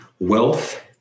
Wealth